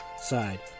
side